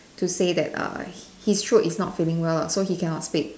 to say that uh his throat is not feeling well lah so he cannot speak